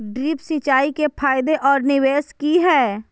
Drip सिंचाई के फायदे और निवेस कि हैय?